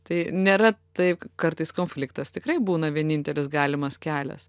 tai nėra taip kartais konfliktas tikrai būna vienintelis galimas kelias